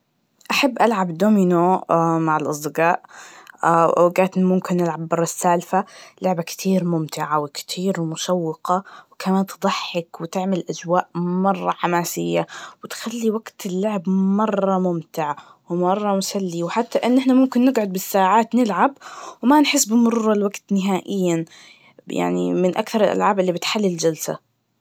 أحب ألعب دومينو مع الأصدقاء, وأوقات ممكن ألعب برا السالفة, لعبة كتير ممتعة, وكتير مشوقة وكانت تضحك وتعمل أجواء مرة حماسية, وتخلي وقت اللعب مرررة ممتع, ومرة مسلي, وحتى إن حنا ممكن نقعد بالساعات نلعب, وما نحس بمرور الوقت نهائياً, ب- يعني من أكتر الألعاب اللي بتحلي الجلسة.